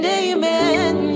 amen